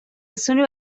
آسان